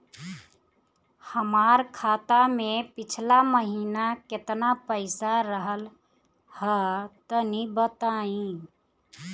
हमार खाता मे पिछला महीना केतना पईसा रहल ह तनि बताईं?